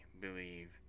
believe